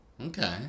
Okay